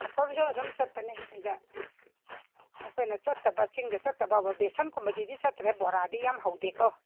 ꯄꯥꯐꯣꯔꯁꯨ ꯑꯗꯨꯝ ꯆꯠꯄꯅꯦ ꯁꯤꯗ ꯃꯈꯣꯏꯅ ꯆꯠꯇꯕ ꯆꯤꯡꯗ ꯆꯠꯇꯕꯕꯨ ꯕꯦꯁꯣꯟ ꯀꯨꯝꯕꯁꯤꯗꯤ ꯆꯠꯇ꯭ꯔꯦ ꯕꯣꯔꯥꯗꯤ ꯌꯥꯝ ꯍꯧꯗꯦꯀꯣ